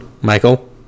Michael